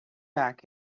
back